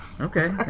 Okay